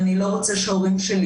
אני אומרת: